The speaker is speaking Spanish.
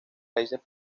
raíces